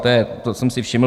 Toho jsem si všiml.